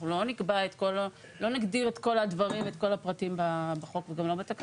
אנחנו לא נגדיר את כל הדברים ואת כל הפרטים בחוק וגם לא בתקנות.